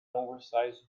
oversize